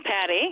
Patty